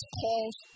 calls